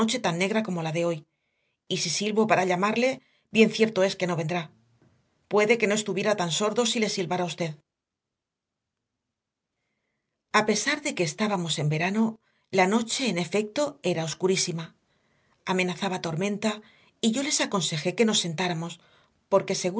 tan negra como la de hoy y si silbo para llamarle bien cierto es que no vendrá puede que no estuviera tan sordo si le silbara usted a pesar de que estábamos en verano la noche en efecto era oscurísima amenazaba tormenta y yo les aconsejé que nos sentáramos porque